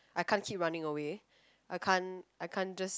I can't keep running away I can't I can't just